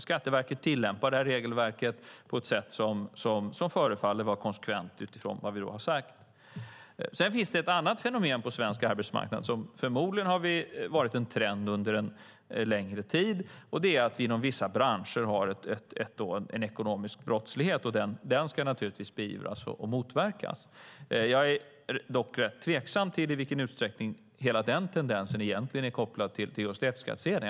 Skatteverket tillämpar regelverket på ett sätt som förefaller vara konsekvent utifrån vad vi har sagt. Sedan finns det ett fenomen på svensk arbetsmarknad som förmodligen har varit en trend under en längre tid, nämligen att vi inom vissa branscher har en ekonomisk brottslighet. Den ska naturligtvis beivras och motverkas. Jag är dock tveksam till i vilken utsträckning den tendensen är kopplad till F-skattsedeln.